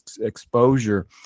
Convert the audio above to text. exposure